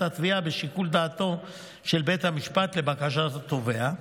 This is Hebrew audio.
התביעה בשיקול דעתו של בית המשפט לבקשת התובע,